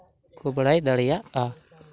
ᱠᱚ ᱵᱟᱲᱟᱭ ᱫᱟᱲᱭᱟᱜᱼᱟ